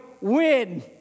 win